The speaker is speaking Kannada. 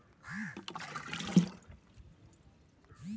ಭಾರತದಲ್ಲಿ ಬಹಳ ಹೆಚ್ಚು ರಾಗಿ ಬೆಳೆಯೋ ಸ್ಥಳ ಯಾವುದು?